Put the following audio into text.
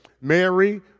Mary